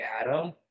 Adam